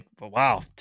Wow